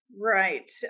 Right